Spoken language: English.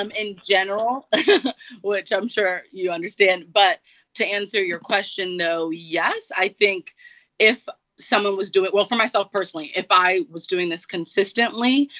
in general which i'm sure you understand but to answer your question, though, yes. i think if someone was doing well, for myself, personally, if i was doing this consistently,